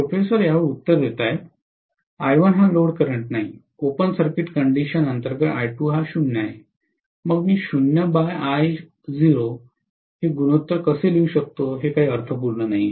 professor I1 हा load current नाही open circuit condition अंतर्गत I2 हा 0 आहे मग मी 0 बाय I0 हे गुणोत्तर कसे लिहू शकतो हे काही अर्थपूर्ण नाही